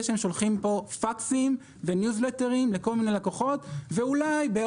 שהם שולחים פה פקסים וניוזלטר לכל מיני לקוחות,